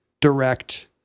direct